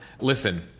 listen